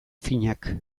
finak